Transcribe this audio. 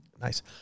nice